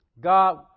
God